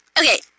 Okay